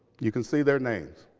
you can see their names.